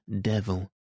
devil